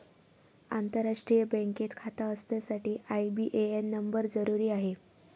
आंतरराष्ट्रीय बँकेत खाता असण्यासाठी आई.बी.ए.एन नंबर जरुरी आहे